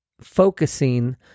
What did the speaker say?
focusing